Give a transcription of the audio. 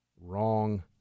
wrong